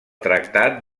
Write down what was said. tractat